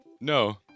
No